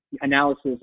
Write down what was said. analysis